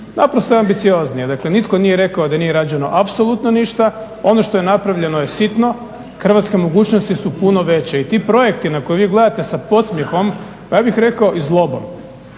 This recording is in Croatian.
Naprosto ambiciozniji, dakle nitko nije rekao da nije rađeno apsolutno ništa, ono što je napravljeno je sitno, hrvatske mogućnosti su puno veće i ti projekti na koje vi gledate sa podsmjehom, ja bih rekao i zlobom,